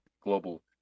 global